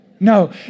No